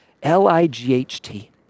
L-I-G-H-T